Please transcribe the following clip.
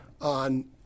on